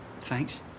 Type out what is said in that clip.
thanks